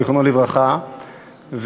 זיכרונו לברכה,